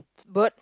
bird